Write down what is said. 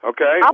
Okay